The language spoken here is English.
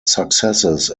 successes